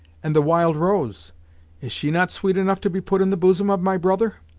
and the wild rose is she not sweet enough to be put in the bosom of my brother?